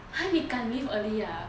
!huh! 你敢 leave early ah